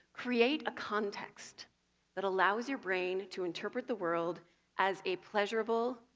create a context that allows your brain to interpret the world as a pleasurable,